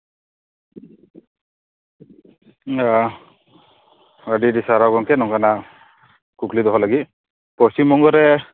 ᱚ ᱟᱹᱰᱤ ᱟᱹᱰᱤ ᱥᱟᱨᱦᱟᱣ ᱜᱚᱝᱠᱮ ᱱᱚᱝᱠᱟᱱᱟᱜ ᱠᱩᱠᱞᱤ ᱫᱚᱦᱚ ᱞᱟᱹᱜᱤᱫ ᱯᱚᱥᱪᱤᱢ ᱵᱚᱝᱜᱚ ᱨᱮ